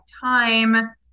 time